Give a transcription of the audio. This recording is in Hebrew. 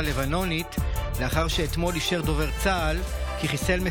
תם סדר-היום.